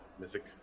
Mythic